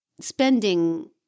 Spending